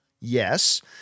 Yes